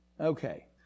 Okay